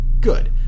good